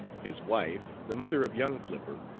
his wife, the mother of young flipper,